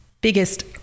biggest